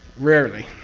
rarely,